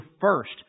first